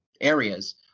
areas